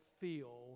feel